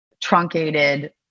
truncated